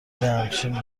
همچنین